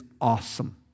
awesome